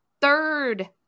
Third